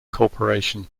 corporation